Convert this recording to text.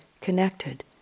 connected